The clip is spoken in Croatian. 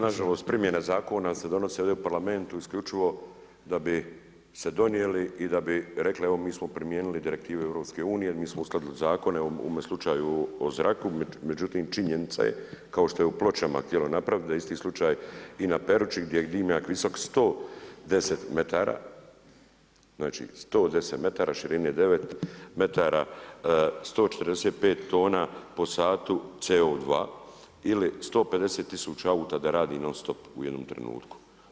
Nažalost primjena zakona se donosi ovdje u Parlamentu isključivo da bi se donijeli i da bi rekli evo mi smo primijenili direktive EU, mi smo uskladili zakone u ovome slučaju o zraku, međutim činjenica je kao što je u Pločama htjelo napraviti da isti slučaj i na Peruči gdje je dimnjak visok 110m, znači 110m, širene 9m, 145 tona po satu CO2 ili 150 tisuća auta da radi non stop u jednom trenutku.